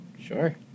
Sure